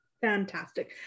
Fantastic